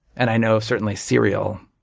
and i know certainly serial,